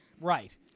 Right